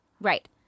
Right